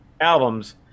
albums